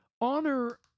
honor